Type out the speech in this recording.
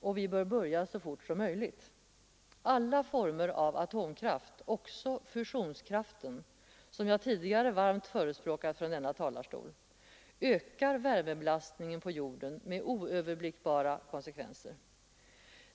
Och vi bör börja så fort som möjligt. Alla former av atomkraft, också fusionskraften som jag tidigare varmt förespråkat från denna talarstol, ökar värmebelastningen på jorden med oöverblickbara konsekvenser.